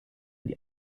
die